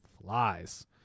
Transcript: flies